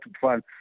fun